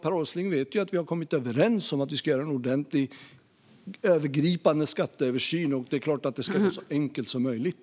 Per Åsling vet ju att vi har kommit överens om att göra en ordentlig, övergripande skatteöversyn. Det är klart att det ska vara så enkelt som möjligt.